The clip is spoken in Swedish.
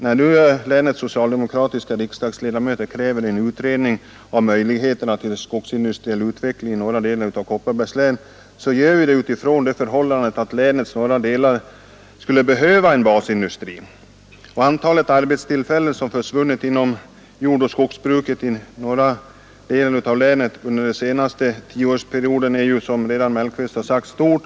När nu länets socialdemokratiska riksdagsledamöter kräver en utredning av möjligheterna till skogsindustriell utveckling i norra delen av Kopparbergs län, så gör vi detta utifrån det förhållandet att länets norra del skulle behöva en basindustri. Antalet arbetstillfällen som försvunnit inom jordoch skogsbruket i norra delen av länet under den senaste tioårsperioden är, som herr Mellqvist redan sagt, stort.